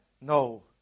No